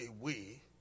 away